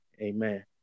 Amen